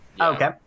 Okay